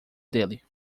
dele